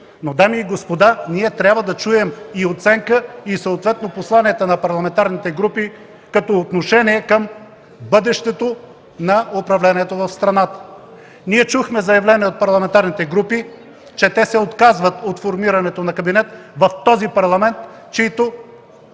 Дами и господа, ние обаче трябва да чуем оценка и съответно посланията на парламентарните групи като отношение към бъдещето на управлението на страната. Чухме заявление от парламентарните групи, че се отказват от формирането на кабинет в този парламент, чийто